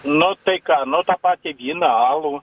nu tai ką nu tą patį vyną alų